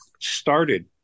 started